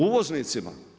Uvoznicima.